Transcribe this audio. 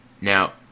Now